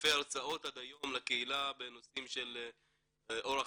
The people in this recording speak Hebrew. ואלפי הרצאות עד היום לקהילה בנושאים של אורח